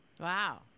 Wow